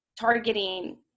targeting